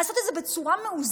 לעשות את זה בצורה מאוזנת,